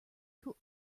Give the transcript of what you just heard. who